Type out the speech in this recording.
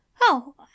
Oh